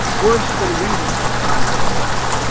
worse than we despised the ah